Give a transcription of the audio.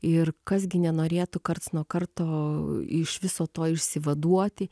ir kas gi nenorėtų karts nuo karto iš viso to išsivaduoti